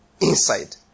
inside